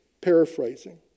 paraphrasing